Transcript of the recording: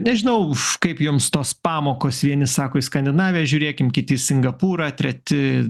nežinau kaip jums tos pamokos vieni sako į skandinaviją žiūrėkime kiti į singapūrą treti